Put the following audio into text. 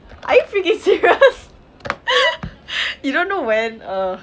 are you freaking serious you don't know when err